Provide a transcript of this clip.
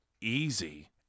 easy